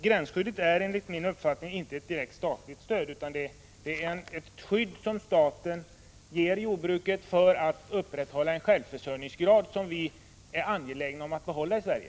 Gränsskyddet är enligt min uppfattning inte ett direkt statligt stöd utan ett skydd som staten ger jordbruket för att upprätthålla en självförsörjningsgrad som vi är angelägna om att behålla i Sverige.